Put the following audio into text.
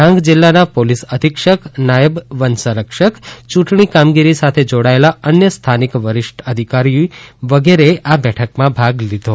ડાંગ જિલ્લાના પોલીસ અધિક્ષક નાયબ વનસંરક્ષક ચૂંટણી કામગીરી સાથે જોડાયેલા અન્ય સ્થાનિક વરિષ્ઠ અધિકારીઓ વગેરેએ આ બેઠકમાં ભાગ લીધો હતો